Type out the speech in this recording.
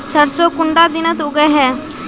सरसों कुंडा दिनोत उगैहे?